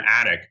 attic